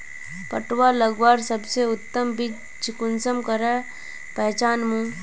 पटुआ लगवार सबसे उत्तम बीज कुंसम करे पहचानूम?